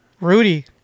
Rudy